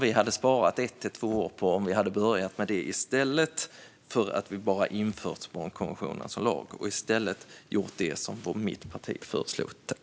Vi hade sparat ett eller två år om vi hade börjat med detta - om vi hade gjort det som mitt parti föreslog - i stället för att bara införa barnkonventionen som lag.